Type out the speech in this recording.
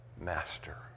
master